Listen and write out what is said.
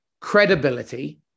credibility